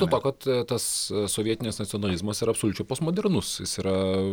dėl to kad tas sovietinis nacionalizmas yra absoliučiai postmodernus jis yra